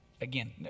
Again